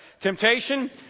Temptation